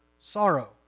sorrow